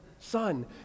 Son